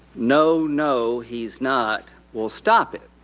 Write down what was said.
no, no, he's not. we'll stop it.